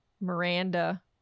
Miranda